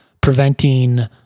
preventing